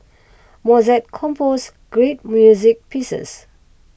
Mozart composed great music pieces